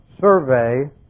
survey